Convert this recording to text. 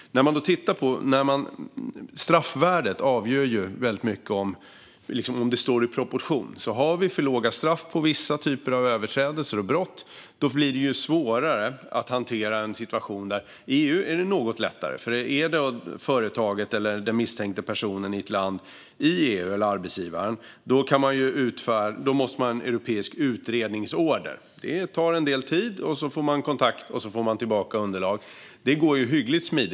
Straffvärdet avgör ju väldigt mycket om det står i proportion. Har vi för låga straff på vissa typer av överträdelser och brott blir det svårare att hantera en sådan situation. I EU är det något lättare. Är företaget, den misstänkta personen eller arbetsgivaren från ett EU-land måste man utfärda en europeisk utredningsorder. Det tar en del tid, och så får man kontakt och så får man tillbaka underlag. Det går hyggligt smidigt.